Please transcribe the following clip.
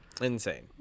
Insane